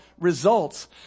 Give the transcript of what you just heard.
results